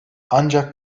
ancak